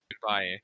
goodbye